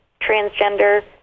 transgender